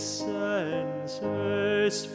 senses